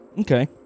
okay